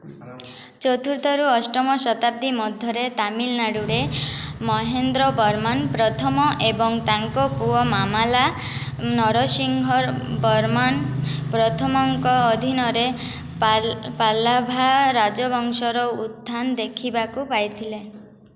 ଚତୁର୍ଥରୁ ଅଷ୍ଟମ ଶତାବ୍ଦୀ ମଧ୍ୟରେ ତାମିଲନାଡ଼ୁରେ ମହେନ୍ଦ୍ର ବରମାନ ପ୍ରଥମ ଏବଂ ତାଙ୍କ ପୁଅ ମାମାଲା ନରସିଂହ ବରମାନ ପ୍ରଥମଙ୍କ ଅଧୀନରେ ପାଲାଭା ରାଜବଂଶର ଉତ୍ଥାନ ଦେଖିବାକୁ ପାଇଥିଲା